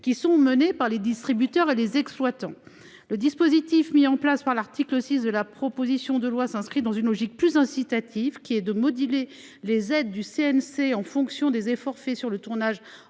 qui sont menées par les distributeurs et les exploitants. Le dispositif mis en place par l’article 6 de la proposition de loi s’inscrit dans une logique incitative, qui repose sur la modulation des aides du CNC en fonction des efforts de préservation de